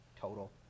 total